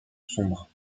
sombre